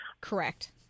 Correct